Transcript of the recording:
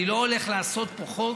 אני לא הולך לעשות פה חוק